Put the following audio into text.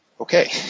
okay